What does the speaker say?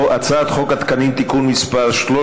הצעת חוק התקנים (תיקון מס' 13),